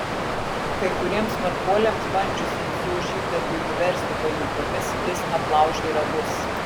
kai kuriems smarkuoliams bandžiusiems jo žygdarbį paversti pajuokomis jis aplaužė ragus